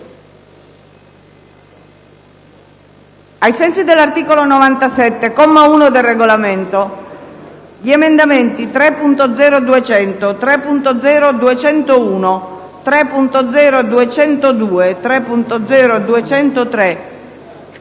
ai sensi dell'articolo 97, comma 1, del Regolamento, gli emendamenti 3.0.200, 3.0.201, 3.0.202, 3.0.203